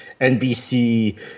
NBC